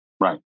Right